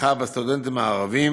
לתמיכה בסטודנטים הערבים.